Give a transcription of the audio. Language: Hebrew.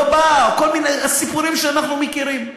לא באה, או כל מיני סיפורים שאנחנו מכירים.